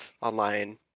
online